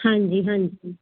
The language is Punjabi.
ਹਾਂਜੀ ਹਾਂਜੀ